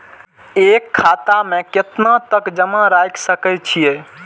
एक खाता में केतना तक जमा राईख सके छिए?